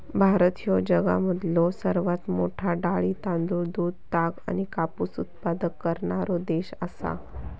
भारत ह्यो जगामधलो सर्वात मोठा डाळी, तांदूळ, दूध, ताग आणि कापूस उत्पादक करणारो देश आसा